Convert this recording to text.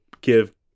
give